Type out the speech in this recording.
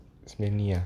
smelly ah